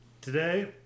Today